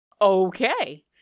Okay